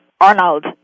Arnold